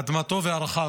אדמתו וערכיו.